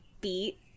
beat